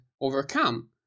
overcome